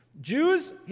Jews